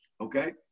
okay